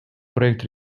проект